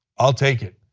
i will take it.